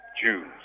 Jews